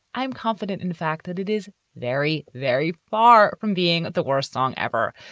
i'm confident in the fact that it is very, very far from being the worst song ever.